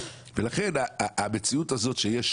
לכן המציאות הזאת שיש